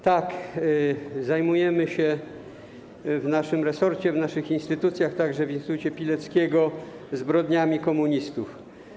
Tak, zajmujemy się w naszym resorcie, w naszych instytucjach, także w instytucie Pileckiego, zbrodniami komunistów.